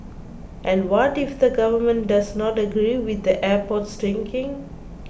and what if the government does not agree with the airport's thinking